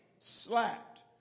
Slapped